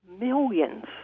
Millions